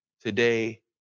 Today